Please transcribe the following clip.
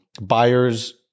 buyers